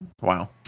wow